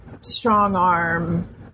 strong-arm